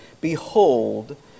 Behold